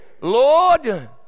Lord